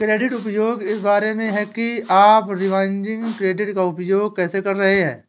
credit उपयोग इस बारे में है कि आप रिवॉल्विंग क्रेडिट का उपयोग कैसे कर रहे हैं